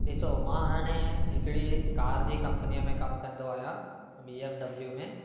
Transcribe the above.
ॾिसो मां हाणे हिकिड़ी कार जी कंपनीअ में कमु कंदो आहियां बी एम डब्ल्यू में